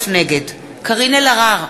נגד קארין אלהרר,